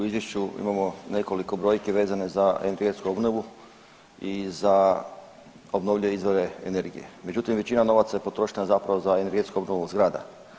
U izvješću imamo nekoliko brojki vezane za … obnovu i za obnovljive izvore energije, međutim većina novaca je potrošena zapravo za energetsku obnovu zgrada.